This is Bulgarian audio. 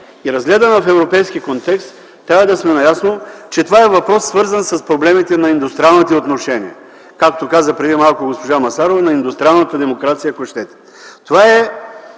и, разгледана в европейски контекст, трябва да сме наясно, че това е въпрос, свързан с проблемите на индустриалните отношения. Както каза преди малко госпожа Масларова, на индустриалната демокрация ако щете.